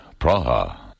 Praha